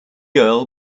earl